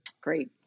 Great